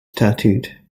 tattooed